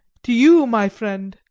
to you, my friend,